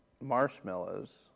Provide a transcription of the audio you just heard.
marshmallows